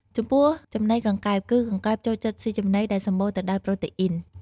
ចំពោះចំណីកង្កែប គឺកង្កែបចូលចិត្តស៊ីចំណីដែលសម្បូរទៅដោយ ប្រូតេអ៊ីន។